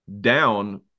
down